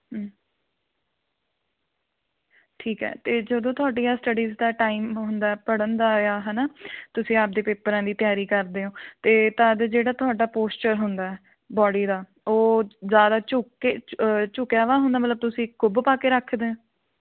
ਠੀਕ ਹੈ ਅਤੇ ਜਦੋਂ ਤੁਹਾਡੀਆਂ ਸਟਡੀਜ਼ ਦਾ ਟਾਈਮ ਹੁੰਦਾ ਪੜ੍ਹਨ ਦਾ ਜਾਂ ਹੈ ਨਾ ਤੁਸੀਂ ਆਪਦੇ ਪੇਪਰਾਂ ਦੀ ਤਿਆਰੀ ਕਰਦੇ ਹੋ ਅਤੇ ਤਦ ਜਿਹੜਾ ਤੁਹਾਡਾ ਪੋਸਚਰ ਹੁੰਦਾ ਬੋਡੀ ਦਾ ਉਹ ਜ਼ਿਆਦਾ ਝੁਕ ਕੇ ਝੁਕਿਆ ਵਾ ਹੁੰਦਾ ਮਤਲਬ ਤੁਸੀਂ ਕੁੱਬ ਪਾ ਕੇ ਰੱਖਦੇ